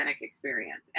experience